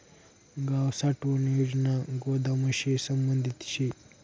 गाव साठवण योजना गोदामशी संबंधित शे